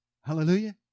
Hallelujah